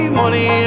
money